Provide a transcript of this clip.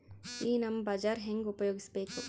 ಈ ನಮ್ ಬಜಾರ ಹೆಂಗ ಉಪಯೋಗಿಸಬೇಕು?